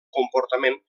comportament